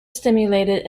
stimulated